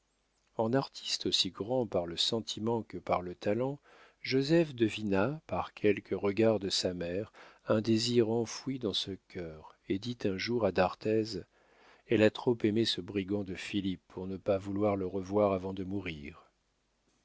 en artiste aussi grand par le sentiment que par le talent joseph devina par quelques regards de sa mère un désir enfoui dans ce cœur et dit un jour à d'arthez elle a trop aimé ce brigand de philippe pour ne pas vouloir le revoir avant de mourir